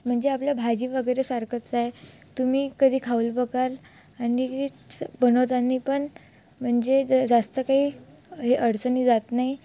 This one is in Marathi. म्हणजे आपल्या भाजी वगैरे सारखंच आहे तुम्ही कधी खाऊन बघाल आणि एक स बनवताना पण म्हणजे जे ज जास्त काही हे अडचणी जात नाही